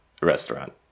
restaurant